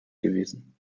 gewesen